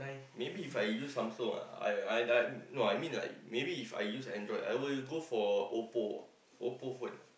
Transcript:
maybe If I use Samsung ah I I die no I mean like maybe If I use Android I will go for Oppo Oppo phone